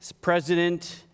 president